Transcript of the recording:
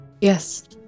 Yes